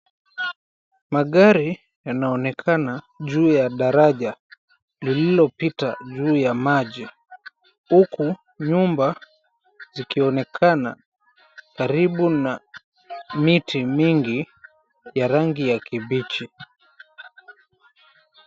Magari yanaonekana juu ya daraja lililopita juu ya maji, huku nyumba zikionekana karibu na miti mingi ya rangi ya kibichi.